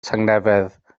tangnefedd